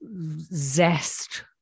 zest